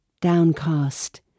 Downcast